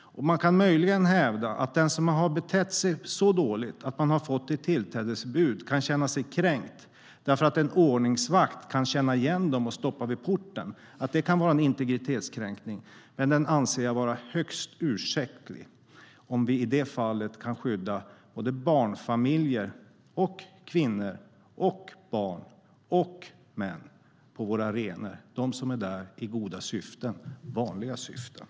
Man kan möjligen hävda att den person som betett sig så illa att den har fått ett tillträdesförbud kan känna sig kränkt över att en ordningsvakt kan känna igen personen och stoppa denne vid porten. Det kan vara en integritetskränkning, men jag anser den vara högst ursäktlig om vi i det fallet kan skydda såväl barnfamiljer som kvinnor, barn och män på våra arenor - de som är där i goda, vanliga syften.